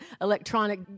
electronic